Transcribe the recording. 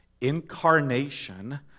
Incarnation